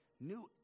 new